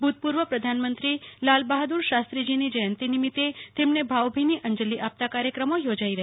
ભૂ તપૂ ર્વ પ્રધાનમંત્રી લાલબહાદૂર શાસ્ત્રીજીની જયંતી નિમિત્તે તેમને ભાવભીની અંજલી આપતા કાર્યક્રમો યોજાઈ રહ્યા છે